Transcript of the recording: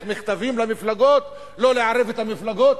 מכתבים למפלגות לא לערב את המפלגות.